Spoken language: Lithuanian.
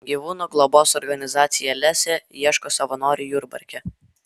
gyvūnų globos organizacija lesė ieško savanorių jurbarke